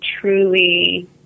truly